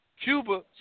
Cuba